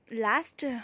last